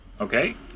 Okay